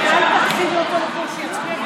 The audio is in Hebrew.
אני בקושי התחלתי.